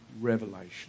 revelation